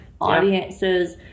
audiences